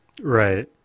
Right